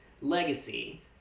legacy